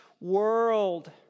world